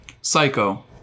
psycho